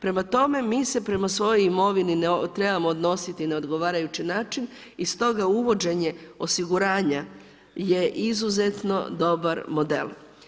Prema tome, mi se prema svojoj imovini trebamo odnositi na odgovarajući način i stoga uvođenje osiguranja je izuzetno dobar model.